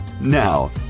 Now